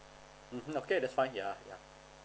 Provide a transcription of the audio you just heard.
mmhmm okay that's fine yeah